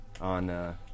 on